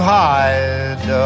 hide